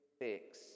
fix